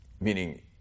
Meaning